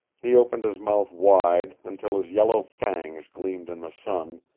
he opened his mouth wide, until his yellow fangs gleamed in the sun,